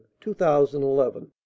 2011